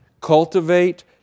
Cultivate